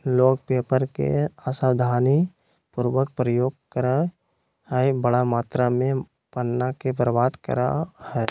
लोग पेपर के असावधानी पूर्वक प्रयोग करअ हई, बड़ा मात्रा में पन्ना के बर्बाद करअ हई